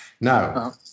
Now